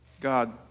God